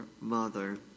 mother